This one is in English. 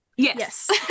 yes